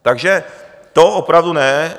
Takže to opravdu ne.